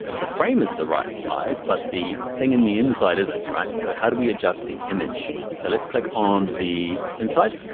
the frame is the right size, but the thing in the inside isn't right, so how do we adjust the image, so let's click on the inside.